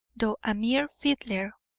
though a mere fiddler,